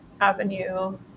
avenue